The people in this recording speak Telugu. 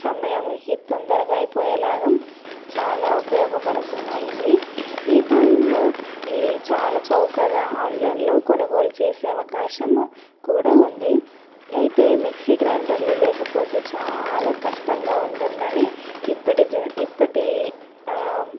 సమయానికి తొందరగా అయిపోయే లాగా చాలా ఉపయోగపడుతున్నాయి ఇవి ఈ కాలంలో ఇది చాలా చౌకగా ఆన్లైన్లో కొనుగోలు చేసే అవకాశం కూడా ఉంది అయితే మిక్సీ గ్రైండర్లు లేకపోతే చాలా కష్టంగా ఉంటుందని ఇప్పటి జె ఇప్పటి